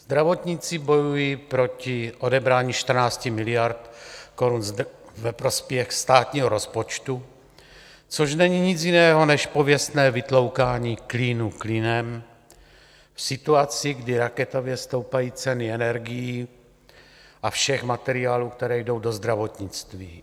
Zdravotníci bojují proti odebrání 14 miliard korun ve prospěch státního rozpočtu, což není nic jiného než pověstné vytloukání klínu klínem v situaci, kdy raketově stoupají ceny energií a všech materiálů, které jdou do zdravotnictví.